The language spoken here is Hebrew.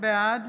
בעד